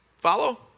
Follow